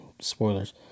spoilers